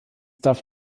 darf